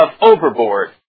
overboard